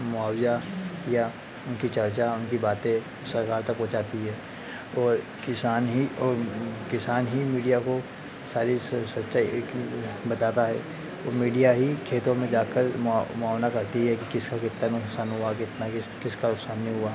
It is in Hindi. मुआवज़ा या उनकी चर्चा या उनकी बातें सरकार तक पहुँचाता है और किसान ही और किसान ही मीडिया को सारी सच्चाई बताता है और मीडिया ही खेतों में जाकर मुआयना करता है कि किसको कितना नुकसान हुआ कितना किस किस का नुकसान नहीं हुआ